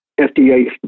FDA